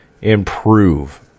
improve